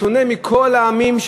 בשונה מכל העמים,